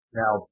now